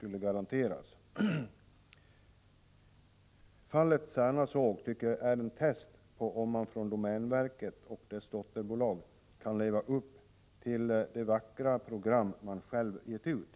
kan garanteras. Fallet Särnasågen tycker jag är en test på om man från domänverket och dess dotterbolag kan leva upp till de vackra program man själv gett ut.